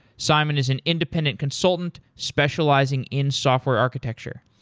simon is an independent consultant specializing in software architecture.